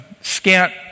scant